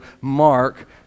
Mark